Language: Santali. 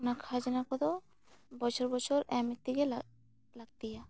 ᱚᱱᱟ ᱠᱷᱟᱡᱽᱱᱟ ᱠᱚᱫᱚ ᱵᱚᱪᱷᱚᱨ ᱵᱚᱪᱷᱚᱨ ᱮᱢ ᱤᱫᱤ ᱜᱮ ᱞᱟᱹᱠᱛᱤᱭᱟ